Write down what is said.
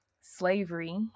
slavery